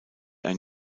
ein